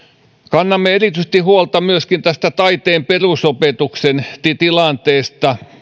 kannamme erityisesti huolta myöskin tästä taiteen perusopetuksen tilanteesta